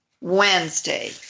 Wednesday